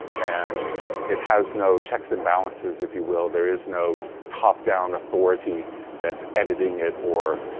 and it has no checks and balances if you will, there is no top down authority that's editing it or